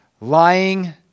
lying